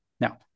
Now